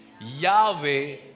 yahweh